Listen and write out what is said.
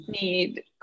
need